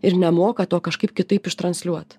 ir nemoka to kažkaip kitaip ištransliuot